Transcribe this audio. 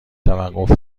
توقف